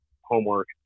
homework